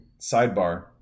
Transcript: Sidebar